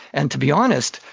and to be honest,